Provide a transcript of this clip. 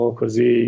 così